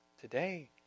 Today